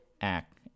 act